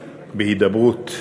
בהידברות,